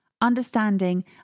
Understanding